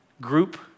group